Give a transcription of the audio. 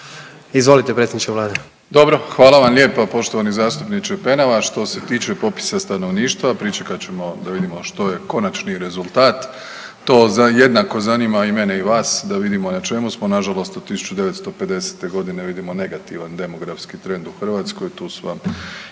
**Plenković, Andrej (HDZ)** Dobro. Hvala vam lijepa poštovani zastupniče Penava. Što se tiče popisa stanovništva, pričekat ćemo da vidimo što je konačni rezultat, to jednako zanima i mene i vas da vidimo na čemu smo. Nažalost od 1950.g. vidimo negativan demografski trend u Hrvatskoj,